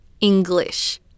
English